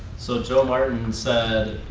so, joe martin said,